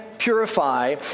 Purify